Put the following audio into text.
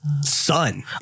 son